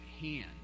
hand